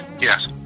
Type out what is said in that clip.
Yes